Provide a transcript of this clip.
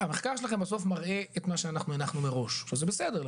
המחקר שלכם בסוף מראה את מה שאנחנו הנחנו מראש שזה בסדר,